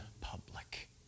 public